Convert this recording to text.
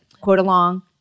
quote-along